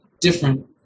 different